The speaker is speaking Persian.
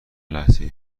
لحظه